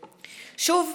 שוב,